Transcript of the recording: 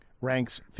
ranks